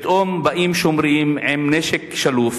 פתאום באים שומרים עם נשק שלוף.